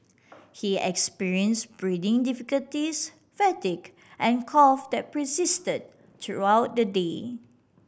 he experienced breathing difficulties fatigue and cough that persisted throughout the day